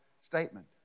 statement